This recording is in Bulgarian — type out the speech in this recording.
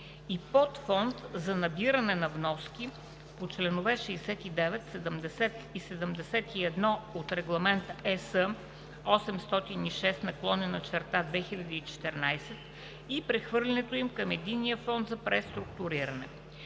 и подфонд за набиране на вноски по членове 69, 70 и 71 от Регламент (ЕС) № 806/2014 и прехвърлянето им към Единния фонд за преструктуриране.